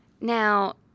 Now